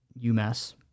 UMass